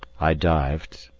i dived,